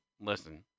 listen